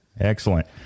Excellent